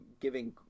giving